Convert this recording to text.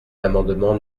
l’amendement